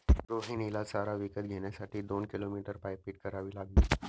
रोहिणीला चारा विकत घेण्यासाठी दोन किलोमीटर पायपीट करावी लागली